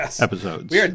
episodes